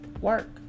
work